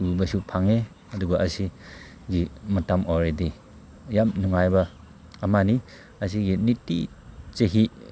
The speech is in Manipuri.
ꯎꯕꯁꯨ ꯐꯪꯉꯦ ꯑꯗꯨꯒ ꯑꯁꯤꯒꯤ ꯃꯇꯝ ꯑꯣꯏꯔꯗꯤ ꯌꯥꯝ ꯅꯨꯡꯉꯥꯏꯕ ꯑꯃꯅꯤ ꯑꯁꯤꯒꯤ ꯅꯨꯡꯇꯤ ꯆꯍꯤ